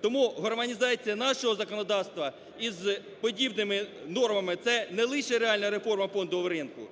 Тому гармонізація нашого законодавства із подібними нормами, це не лише реальна реформа фондового ринку,